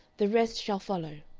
the rest shall follow.